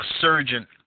surgeon